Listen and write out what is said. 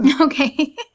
Okay